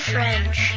French